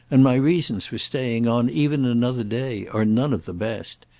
and my reasons for staying on even another day are none of the best.